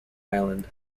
island